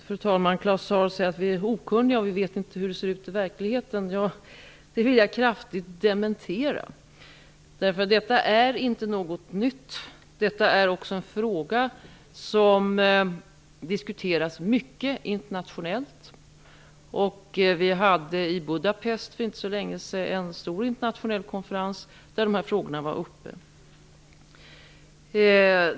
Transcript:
Fru talman! Claus Zaar säger att vi är okunniga och att vi inte vet hur det ser ut i verkligheten. Det vill jag kraftigt dementera. Detta är inte något nytt. Detta är också en fråga som diskuteras mycket internationellt. Vi hade för inte så länge sedan en stor internationell konferens i Budapest där de här frågorna togs upp.